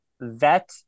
vet